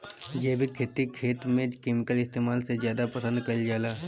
जैविक खेती खेत में केमिकल इस्तेमाल से ज्यादा पसंद कईल जाला